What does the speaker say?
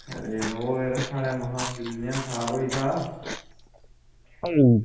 ते ओह् साढ़े यरो टीवी गै खराब होई गेदा हा